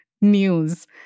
news